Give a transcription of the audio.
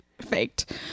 faked